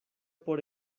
por